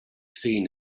seen